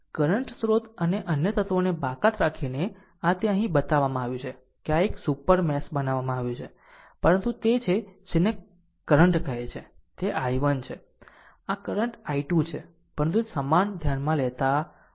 current સ્રોત અને અન્ય તત્વોને બાકાત રાખીને આ તે અહીં બતાવવામાં આવ્યું છે કે આ એક સુપર મેશ બનાવવામાં આવ્યું છે પરંતુ તે તે છે જેને આ કરંટ કહે છે તે I1 છે આ કરંટ I2 છે પરંતુ તે સમાન ધ્યાનમાં લેતા નથી